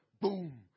boom